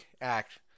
act